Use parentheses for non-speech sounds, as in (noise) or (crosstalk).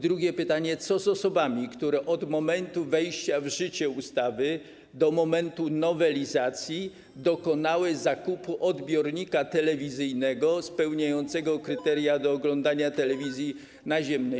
Drugie pytanie dotyczy osób, które od momentu wejścia w życie ustawy do momentu nowelizacji dokonały zakupu odbiornika telewizyjnego spełniającego (noise) kryteria do oglądania telewizji naziemnej.